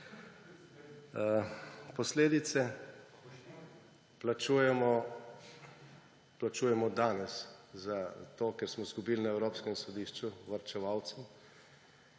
Posledice plačujemo danes zato, ker smo izgubili na evropskem sodišču, varčevalcem